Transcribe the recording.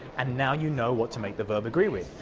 and now you know what to make the verb agree with.